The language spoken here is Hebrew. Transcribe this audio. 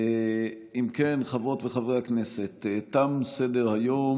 אם כן, חברות וחברי הכנסת, תם סדר-היום.